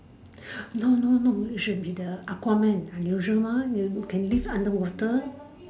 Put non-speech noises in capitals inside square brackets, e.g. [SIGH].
[BREATH] no no no it should be the Aquaman unusual mah can live underwater